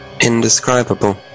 Indescribable